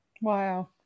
Wow